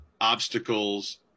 obstacles